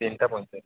ତିନିଟା ପଇଁଚାଳିଶ